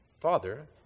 father